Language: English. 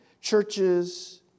churches